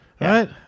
Right